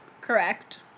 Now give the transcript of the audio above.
Correct